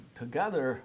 together